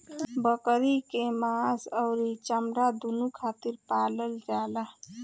बकरी के मांस अउरी चमड़ा दूनो खातिर पालल जाला